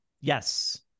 yes